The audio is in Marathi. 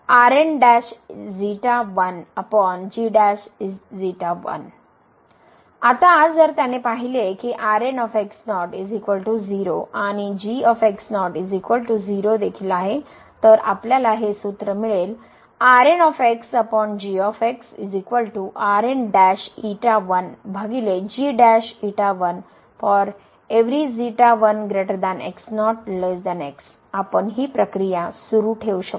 आता जर त्याने पाहिले की आणि देखील आहे तर आपल्याला हे सूत्र मिळेल आपण ही प्रक्रिया सुरू ठेवू शकतो